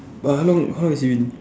but how long how he's in